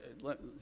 let